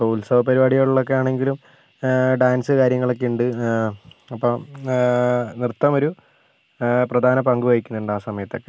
ഇപ്പോൾ ഉത്സവ പരിപാടികളിളൊക്കെ ആണെങ്കിലും ഡാൻസ് കാര്യങ്ങളൊക്കെ ഉണ്ട് അപ്പം നൃത്തം ഒരു പ്രധാന പങ്ക് വഹിക്കുന്നുണ്ട് ആ സമയത്തൊക്കെ